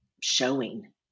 showing